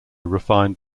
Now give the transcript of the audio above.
refined